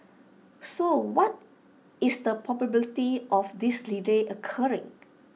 so what is the probability of this delay occurring